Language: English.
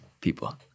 people